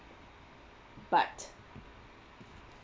but